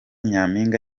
nyampinga